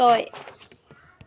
ছয়